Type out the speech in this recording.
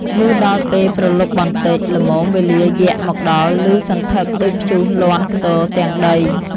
លុះដល់ពេលព្រលប់បន្តិច ល្មមវេលាយក្សមកដល់ព្ទសន្ធឹកដូចព្យុះលាន់ខ្ទរទាំងដី។